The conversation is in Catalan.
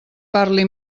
parli